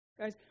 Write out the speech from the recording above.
Guys